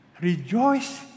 Rejoice